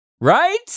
Right